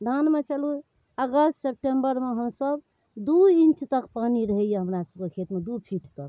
धानमे चलू अगस्त सेप्टेम्बरमे हमसब दू इञ्च तक पानि रहैए हमरा सबके खेतमे दू फीट तक